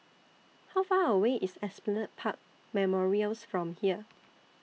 How Far away IS Esplanade Park Memorials from here